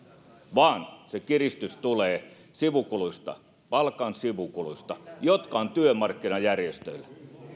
vaan se kiristys tulee sivukuluista palkan sivukuluista jotka ovat työmarkkinajärjestöillä